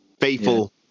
Faithful